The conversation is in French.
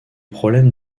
problèmes